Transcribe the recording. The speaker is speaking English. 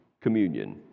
communion